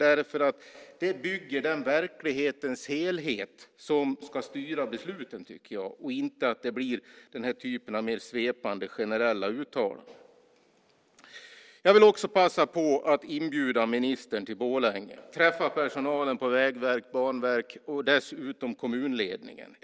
De bygger den verklighetens helhet som ska styra besluten - inte den här typen av mer svepande, generella uttalanden. Jag vill också passa på att inbjuda ministern till Borlänge och träffa personalen på Vägverket och Banverket och dessutom kommunledningen.